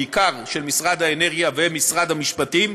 בעיקר של משרד האנרגיה ומשרד המשפטים,